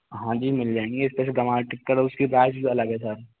हाँ जी मिल जाएंगे स्पेशल दाल टिक्कड़ उसके प्राइज़ भी अलग है सर